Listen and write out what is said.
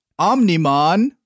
Omnimon